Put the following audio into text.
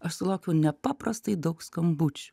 aš sulaukiu nepaprastai daug skambučių